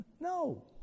No